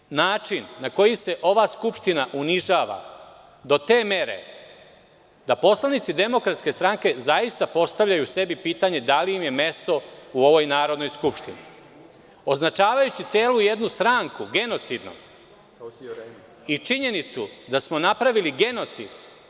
Ovo je način na koji se ova skupština unižava do te mere da poslanici DS zaista postavljaju sebi pitanje da li im je mesto u ovoj Narodnoj skupštini, označavajući celu jednu stranku genocidnom i činjenicu da smo napravili genocid.